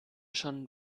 schon